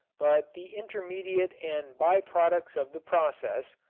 but the intermediate and by-products of the process,